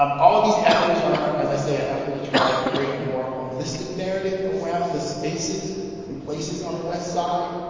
um all these efforts are, as i say an effort to try to create a more holistic narrative around the spaces and places on the west side.